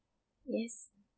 yes